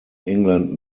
england